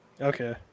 okay